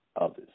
others